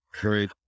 Great